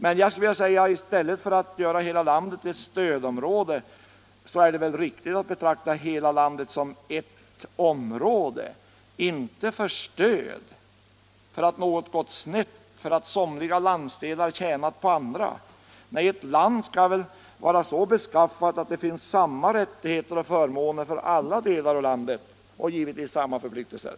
Men jag skulle vilja säga att det i stället för att göra hela landet till ett stödområde väl måste vara riktigt att betrakta hela landet som ett område , inte för stöd — för att något gått snett, för att somliga landsdelar tjänat på andra. Nej, ett land skall väl vara så beskaffat att det finns samma rättigheter och förmåner för alla delar av landet och givetvis samma förpliktelser.